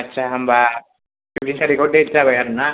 आटसा होमबा सैद' थारिकाव देत जाबाय आरो ना